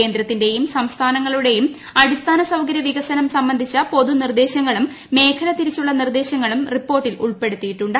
കേന്ദ്രത്തിന്റെയും സംസ്ഥാനങ്ങളുടെയും അടിസ്ഥാന് സ്ന്കര്യ വികസനം സംബന്ധിച്ച പൊതു നിർദ്ദേശങ്ങളും മ്മ്ഖ്ലൂ തിരിച്ചുള്ള നിർദ്ദേശങ്ങളും റിപ്പോർട്ടിൽ ഉൾപ്പെടുത്തിയിട്ടുണ്ട്